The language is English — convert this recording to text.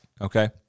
okay